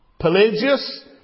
Pelagius